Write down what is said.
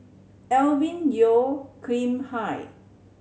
Alvin Yeo Khirn Hai